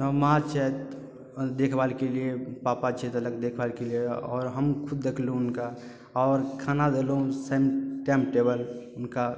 माँ छथि देखभाल के लिए पापा छथि अलग देखभाल के लिए आओर हम खुद देखलहुॅं हुनका आओर खाना देलहुॅं टाइम टेबल हुनका